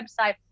website